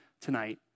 tonight